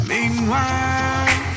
Meanwhile